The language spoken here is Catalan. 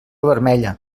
vermella